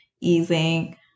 easing